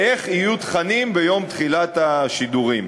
איך יהיו תכנים ביום תחילת השידורים.